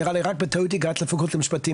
נראה לי רק בטעות הגעת לפקולטה משפטית,